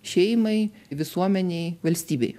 šeimai visuomenei valstybei